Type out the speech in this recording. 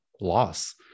loss